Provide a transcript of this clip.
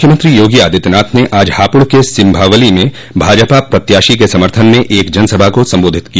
मुख्यमंत्री योगी आदित्यनाथ ने आज हापुड़ के सिंभावली में भाजपा प्रत्याशी के समर्थन में एक जनसभा को सम्बोधित किया